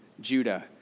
Judah